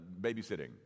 babysitting